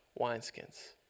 wineskins